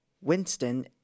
Winston